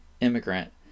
immigrant